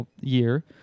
year